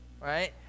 right